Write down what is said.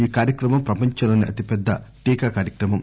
ఈ కార్యక్రమం ప్రపంచంలోసే అతి పెద్ద టీకా కార్యక్రమం